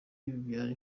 bibyara